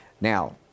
Now